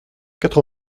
quatre